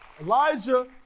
Elijah